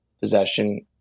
possession